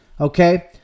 Okay